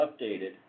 updated